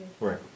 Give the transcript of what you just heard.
right